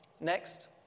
Next